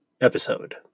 episode